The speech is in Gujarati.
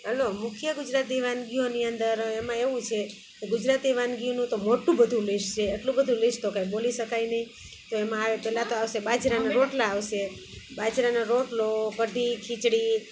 હાલો મુખ્ય ગુજરાતી વાનગીઓની અંદર એમાં એવું છે કે ગુજરાતી વાનગીનું તો મોટું બધું લિસ્ટ છે એટલું બધું લિસ્ટ તો કાંઈ બોલી શકાય નહીં તો એમાં આવે પહેલાં તો આવશે બાજરાના રોટલા આવશે બાજરાનો રોટલો કઢી ખીચડી